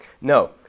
No